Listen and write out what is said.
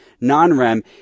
Non-REM